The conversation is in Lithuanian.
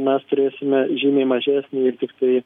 mes turėsime žymiai mažesnį ir tiktai